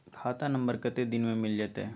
खाता नंबर कत्ते दिन मे मिल जेतै?